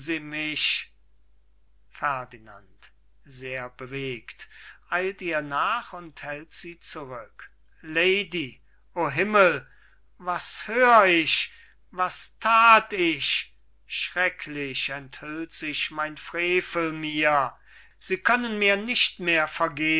ferdinand sehr bewegt eilt ihr nach und hält sie zurück lady o himmel was hör ich was that ich schrecklich enthüllt sich mein frevel mir sie können mir nicht mehr